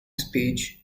speech